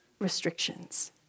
restrictions